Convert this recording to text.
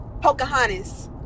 pocahontas